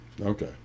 Okay